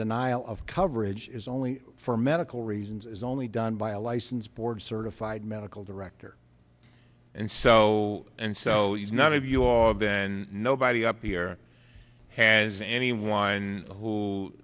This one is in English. denial of coverage is only for medical reasons is only done by a licensed board certified medical director and so and so he's not of you all then nobody up here has anyone who